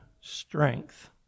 strength